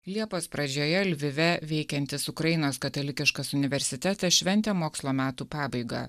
liepos pradžioje lvive veikiantis ukrainos katalikiškas universitetas šventė mokslo metų pabaigą